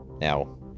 Now